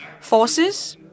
forces